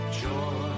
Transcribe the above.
joy